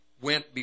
went